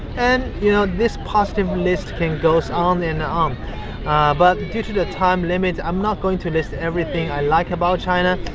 and you know this positive list can go so on and um but due to the time limit, i am not going to list everything i like about china,